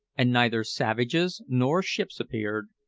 and neither savages nor ships appeared,